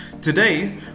Today